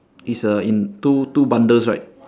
it's a in two two bundles right